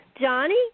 Johnny